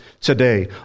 today